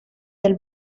del